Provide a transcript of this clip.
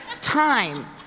time